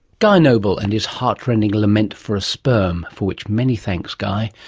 guy noble and his heartrending lament for a sperm, for which many thanks guy.